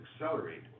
accelerate